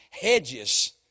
hedges